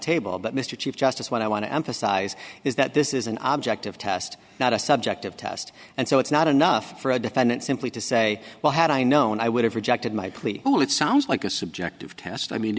table but mr chief justice what i want to emphasize is that this is an object of test not a subjective test and so it's not enough for a defendant simply to say well had i known i would have rejected my plea well it sounds like a subjective test i mean